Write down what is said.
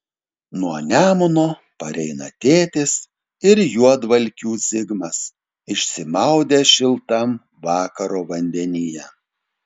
nuo nemuno pareina tėtis ir juodvalkių zigmas išsimaudę šiltam vakaro vandenyje